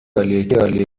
عالیه